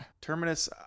terminus